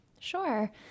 Sure